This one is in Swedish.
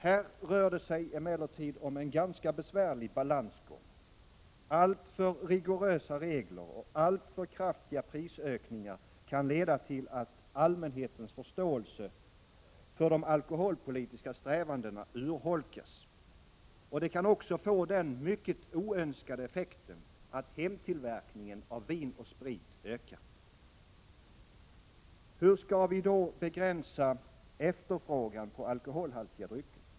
Här rör det sig emellertid om en ganska besvärlig balansgång. Alltför rigorösa regler och alltför kraftiga prisökningar kan leda till att allmänhetens förståelse för de alkoholpolitiska strävandena urholkas och få den mycket oönskade effekten att hemtillverkningen av vin och sprit ökar. Hur skall vi då begränsa efterfrågan på alkoholhaltiga drycker?